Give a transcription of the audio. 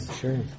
sure